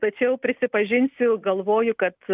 tačiau prisipažinsiu galvoju kad